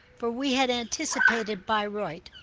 for we had anticipated bayreuth.